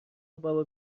بابا